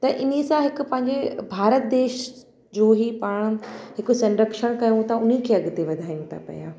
त इन सां हिकु पंहिंजे भारत देश जो हीअ पाण हिकु संरक्षण कयूं उन खे अॻिते वधायूं था पिया